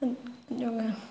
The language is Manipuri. ꯑꯗꯨꯒ